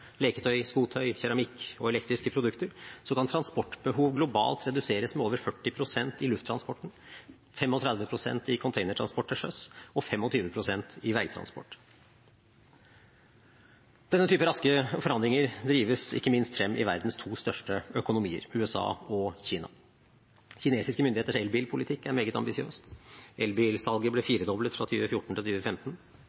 leketøy, skotøy, keramiske og elektriske produkter, kan transportbehov globalt reduseres med over 40 pst. i lufttransport, 35 pst. i containertransport til sjøs og 25 pst. i veitransport. Denne typen raske forandringene drives ikke minst frem i verdens to største økonomier, USA og Kina. Kinesiske myndigheters elbilpolitikk er meget ambisiøs. Elbilsalget ble